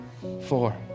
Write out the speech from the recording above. four